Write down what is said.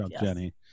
Jenny